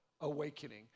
awakening